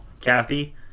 Kathy